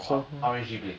R R_A_G play